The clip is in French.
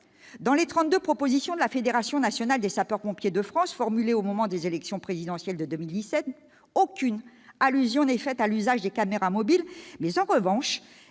dans les 32 propositions formulées par la Fédération nationale des sapeurs-pompiers de France lors de l'élection présidentielle de 2017, aucune allusion n'est faite à l'usage des caméras mobiles ; en revanche,